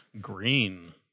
green